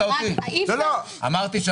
סופר אטרקטיביים, אבל מאוד מאוד חשובים.